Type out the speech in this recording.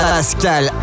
Pascal